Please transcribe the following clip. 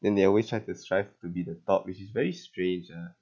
then they always try to strive to be the top which is very strange ah